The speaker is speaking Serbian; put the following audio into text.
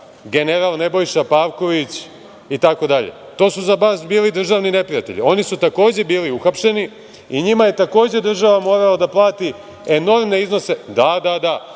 general Nebojša Pavković itd? To su za vas bili državni neprijatelji. Oni su takođe bili uhapšeni i njima je takođe država morala da plati enormne iznose, da, da.